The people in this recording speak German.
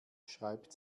schreibt